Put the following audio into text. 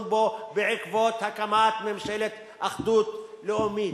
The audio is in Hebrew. בו בעקבות הקמת ממשלת אחדות לאומית.